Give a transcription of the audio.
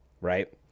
right